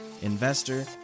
investor